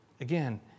Again